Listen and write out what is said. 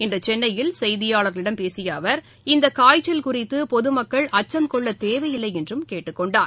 இன்று சென்னையில் செய்தியாளா்களிடம் பேசிய அவா் இந்த காய்ச்சல் குறித்து பொதுமக்கள் அச்சம் கொள்ளத் தேவையில்லை என்றும் கேட்டுக் கொண்டார்